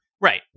Right